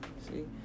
see